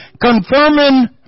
Confirming